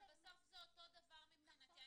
אבל בסוף זה אותו דבר מבחינתי.